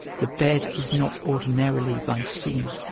the bed is not ordinarily thy scene,